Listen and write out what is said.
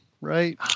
right